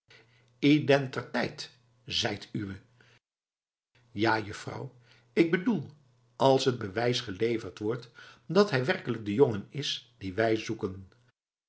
identerteit zeit uwé ja juffrouw ik bedoel als het bewijs geleverd wordt dat hij werkelijk de jongen is dien wij zoeken